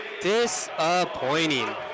Disappointing